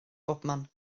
bobman